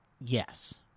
Yes